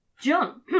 John